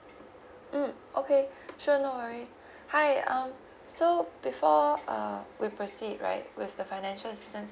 mm okay sure no worry hi um so before uh we proceed right with the financial assistance